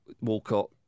Walcott